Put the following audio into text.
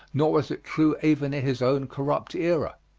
nor was it true even in his own corrupt era.